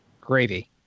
Gravy